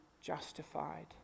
justified